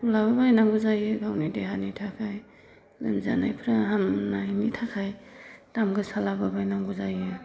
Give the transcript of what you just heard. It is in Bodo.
होनब्लाबो बायनांगौ जायो गावनि देहानि थाखाय लोमजानायफ्रा हामनायनि थाखाय दाम गोसाब्लाबो बायनांगौ जायो